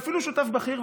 ואפילו שותף בכיר,